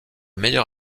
meilleur